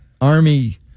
Army